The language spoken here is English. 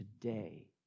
Today